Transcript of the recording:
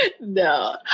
No